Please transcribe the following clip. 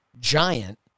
giant